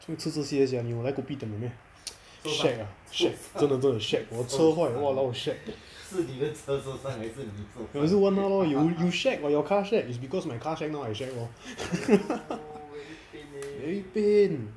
为什么吃这些 sia 你又来 kopitiam 的 meh shag shag 真的真的 shag 我车坏 !walao! shag 我就是问他 lor you you shag or your car shag is because my car shag now I shag lor very pain